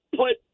put